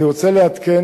אני רוצה לעדכן,